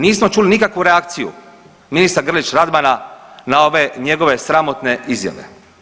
Nismo čuli nikakvu reakciju ministra Grlić Radmana na ove njegove sramotne izjave.